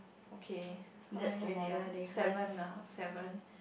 okay how many already ah seven ah seven